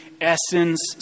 essence